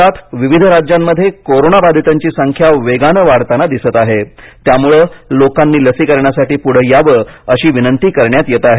देशात विविध राज्यांमध्ये कोरोनाबाधितांची संख्या वेगानं वाढताना दिसत आहे त्यामुळं लोकांनी लसीकरणासाठी पुढे यावं अशी विनंती करण्यात येत आहे